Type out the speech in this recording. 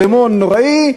דמון נוראי,